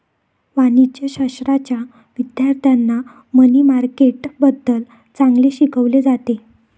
वाणिज्यशाश्राच्या विद्यार्थ्यांना मनी मार्केटबद्दल चांगले शिकवले जाते